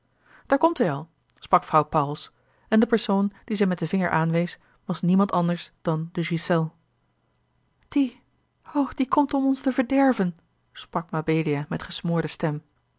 dààr komt hij al sprak vrouw pauwels en de persoon dien zij met den vinger aanwees was niemand anders dan de ghiselles die o die komt om ons te verderven sprak mabelia met gesmoorde stem